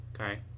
Okay